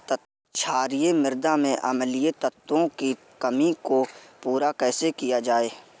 क्षारीए मृदा में अम्लीय तत्वों की कमी को पूरा कैसे किया जाए?